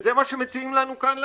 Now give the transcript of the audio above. וזה מה שמציעים לנו כאן לעשות.